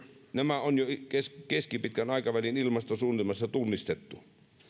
nämä on jo keskipitkän aikavälin ilmastosuunnitelmassa tunnistettu